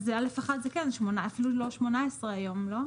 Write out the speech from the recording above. אז (א)(1) זה אפילו לא 18,000, לא?